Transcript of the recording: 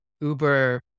Uber